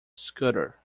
scudder